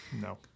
no